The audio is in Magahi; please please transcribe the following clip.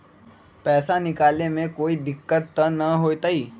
पैसा निकाले में कोई दिक्कत त न होतई?